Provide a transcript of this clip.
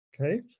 Okay